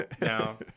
No